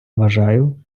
вважаю